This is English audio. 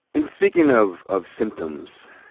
and speaking of of symptoms,